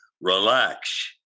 relax